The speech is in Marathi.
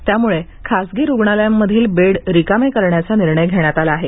त्यामुळे खासगी रुग्णालयांतील बेड रिकामे करण्याचा निर्णय घेण्यात आला आहे